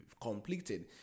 completed